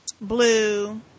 Blue